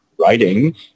writing